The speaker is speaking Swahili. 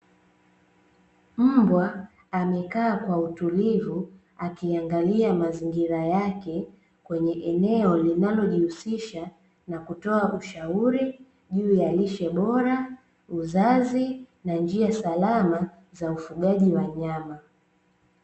Mbwa amekaa kwa utulivu akiangalia mazingira yake kwenye eneo linalojihusisha na kutoa ushauri juu ya lishe bora, uzazi, na njia salama za ufugaji wa nyama.